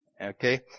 Okay